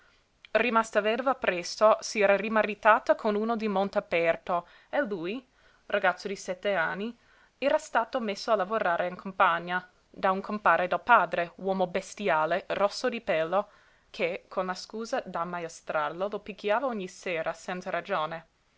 rimasta vedova presto s'era rimaritata con uno di montaperto e lui ragazzo di sette anni era stato messo a lavorare in campagna da un compare del padre uomo bestiale rosso di pelo che con la scusa d'ammaestrarlo lo picchiava ogni sera senza ragione